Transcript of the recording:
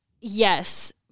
yes